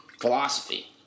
philosophy